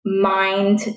mind